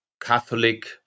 Catholic